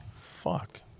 Fuck